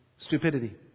stupidity